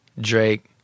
Drake